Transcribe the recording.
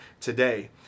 today